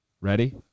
Ready